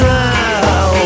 now